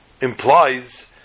implies